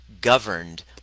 governed